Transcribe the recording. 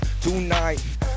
tonight